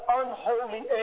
unholy